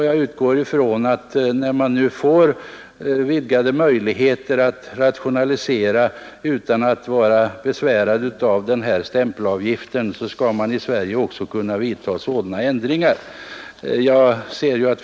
Jag utgår från att man också i Sverige, när man nu får vidgade möjligheter att rationalisera utan att hindras av stämpelavgiften, skall kunna vidta åtgärder i denna riktning.